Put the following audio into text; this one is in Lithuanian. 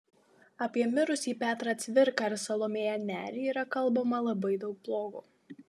apie mirusį petrą cvirką ir salomėją nerį yra kalbama labai daug blogo